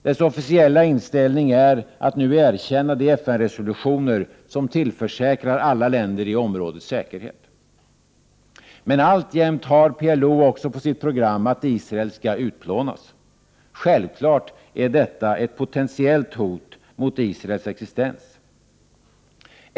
Dess officiella inställning är att nu erkänna de FN-resolutioner som tillförsäkrar alla länder i området säkerhet. Men alltjämt har PLO också på sitt program att Israel skall utplånas. Självklart är detta ett potentiellt hot mot Israels existens.